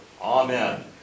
Amen